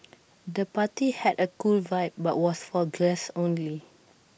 the party had A cool vibe but was for guests only